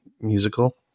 musical